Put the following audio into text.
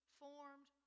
formed